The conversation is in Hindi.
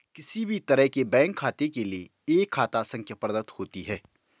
किसी भी तरह के बैंक खाते के लिये एक खाता संख्या प्रदत्त होती है